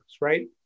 right